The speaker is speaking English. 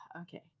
Okay